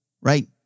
Right